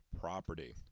property